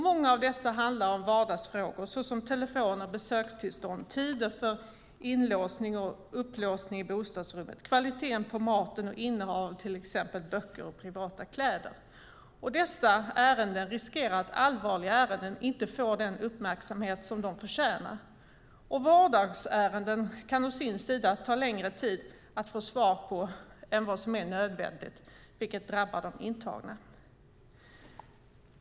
Många av dessa handlar om vardagsfrågor såsom telefon och besökstillstånd, tider för inlåsning och upplåsning i bostadsrummet, kvaliteten på maten och innehav av till exempel böcker och privata kläder. På grund av dessa ärenden riskerar a1lvarliga ärenden att inte få den uppmärksamhet de förtjänar. Vardagsärenden kan dessutom ta längre tid att få svar på än vad som är nödvändigt, vilket drabbar de intagna.